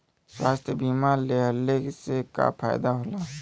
स्वास्थ्य बीमा लेहले से का फायदा होला?